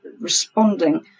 responding